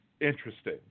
interesting